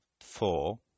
four